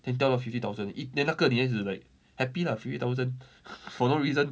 then 吊到 fifty thousand then 那个女孩子 like happy lah fifty thousand for no reason